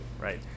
right